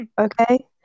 Okay